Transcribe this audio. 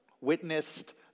witnessed